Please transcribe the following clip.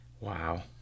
wow